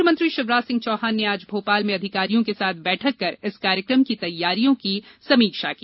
मुख्यमंत्री शिवराज सिंह चौहान ने आज भोपाल में अधिकारियों के साथ बैठक कर इस कार्यक्रय की तैयारियों की समीक्षा की